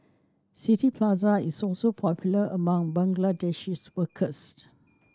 City Plaza is also popular among Bangladeshi workers